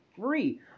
free